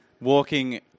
walking